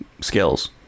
skills